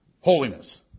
holiness